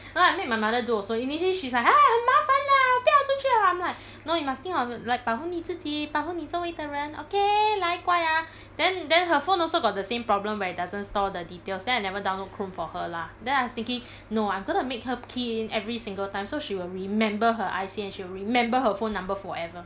no I make my mother do also initially she's like !huh! 很麻烦啦不要出去啦 I'm like no you must think of y~ like 保护你自己保护你周围的人 okay 来乖啊 then then her phone also got the same problem where it doesn't store the details then I never download chrome for her lah then I was thinking no I'm gonna make her key in every single time so she'll remember her I_C and she'll remember her phone number forever